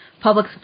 public